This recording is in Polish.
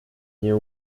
nie